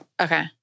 Okay